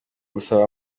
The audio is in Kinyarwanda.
gusaba